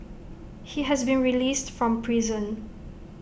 he has been released from prison